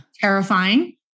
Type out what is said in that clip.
terrifying